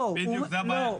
לא.